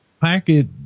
Packet